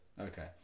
Okay